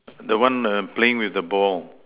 the one err playing with the ball